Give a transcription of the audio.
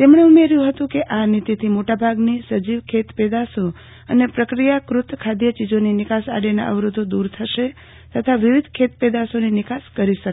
તેમણે ઉમેર્યુ હતુ કે આ નીતિથી મોટા ભાગની સજીવ ખેત પેદાસો અને પ્રક્રિયાકૃત ખાધચીજોની આડેના અવરોધો દુર થશે તથા વિવિધ ખેતપેદાશોની નિકાસ કરી શકાશે